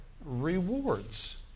rewards